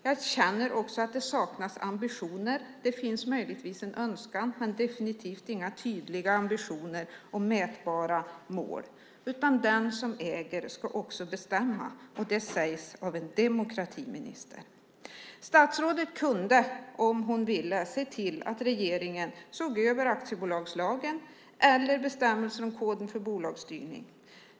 Jag känner också att det saknas ambitioner. Det finns möjligtvis en önskan men definitivt inga tydliga ambitioner och mätbara mål, utan den som äger ska också bestämma, och det sägs av en demokratiminister. Statsrådet kunde, om hon ville, se till att regeringen såg över aktiebolagslagen eller bestämmelsen om koden för bolagsstyrning.